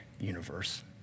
universe